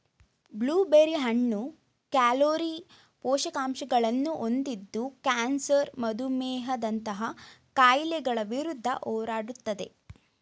blue berry ಹಣ್ಣು calorie, ಪೋಷಕಾಂಶಗಳನ್ನು ಹೊಂದಿದ್ದು ಕ್ಯಾನ್ಸರ್ ಮಧುಮೇಹದಂತಹ ಕಾಯಿಲೆಗಳ ವಿರುದ್ಧ ಹೋರಾಡುತ್ತದೆ